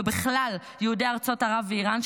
ובכלל יהודי ארצות ערב ואיראן,